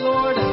Lord